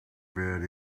bed